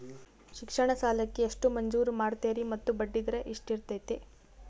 ಶಿಕ್ಷಣ ಸಾಲಕ್ಕೆ ಎಷ್ಟು ಮಂಜೂರು ಮಾಡ್ತೇರಿ ಮತ್ತು ಬಡ್ಡಿದರ ಎಷ್ಟಿರ್ತೈತೆ?